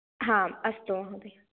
आम् अस्तु महोदयः